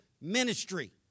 ministry